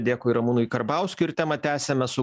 dėkui ramūnui karbauskiui ir temą tęsiame su